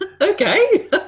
Okay